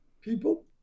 People